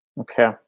Okay